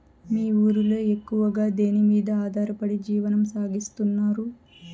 మీ ఊరిలో ఎక్కువగా దేనిమీద ఆధారపడి జీవనం సాగిస్తున్నారు?